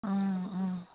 ꯑꯥ ꯑꯥ